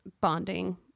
bonding